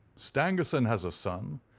stangerson has a son,